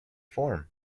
form